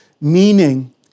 meaning